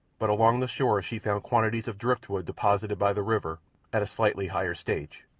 but along the shore she found quantities of driftwood deposited by the river at a slightly higher stage.